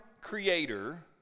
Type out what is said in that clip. creator